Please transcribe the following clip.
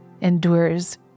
endures